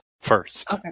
first